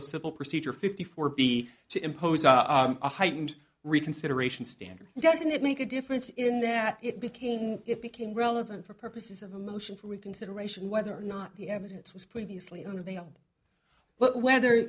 of civil procedure fifty four b to impose a heightened reconsideration standard doesn't it make a difference in that it became it became relevant for purposes of a motion for reconsideration whether or not the evidence was previously unavailable but whether